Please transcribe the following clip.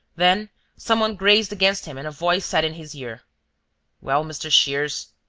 then some one grazed against him and a voice said in his ear well, mr. shears,